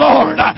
Lord